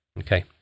okay